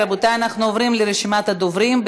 רבותי, אנחנו עוברים לרשימת הדוברים.